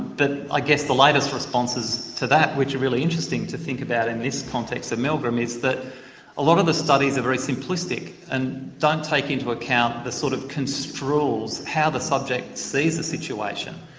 but i ah guess the latest responses to that which are really interesting to think about in this context of milgram is that a lot of the studies are very simplistic and don't take into account the sort of construals how the subject sees the situation.